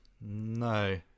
no